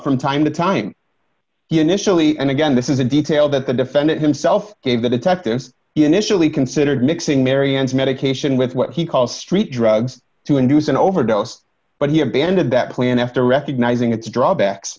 from time to time initially and again this is a detail that the defendant himself gave the detectives initially considered mixing marianne's medication with what he called street drugs to induce an overdose but he abandoned that plan after recognizing its drawbacks